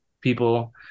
people